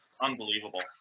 unbelievable